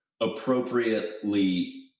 appropriately